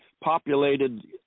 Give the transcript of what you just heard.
populated